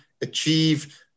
achieve